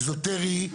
איזוטרי,